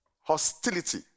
Hostility